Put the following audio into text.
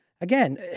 again